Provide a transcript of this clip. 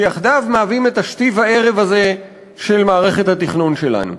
שיחדיו מהווים את השתי וערב הזה של מערכת התכנון שלנו.